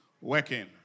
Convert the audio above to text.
working